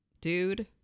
dude